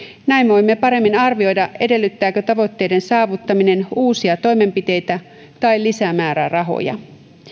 näin voimme paremmin arvioida edellyttääkö tavoitteiden saavuttaminen uusia toimenpiteitä tai lisämäärärahoja